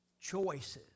Choices